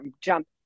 jump